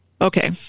Okay